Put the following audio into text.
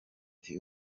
ati